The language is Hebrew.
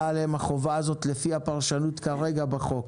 עליהן החובה הזאת לפי הפרשנות כרגע בחוק.